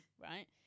right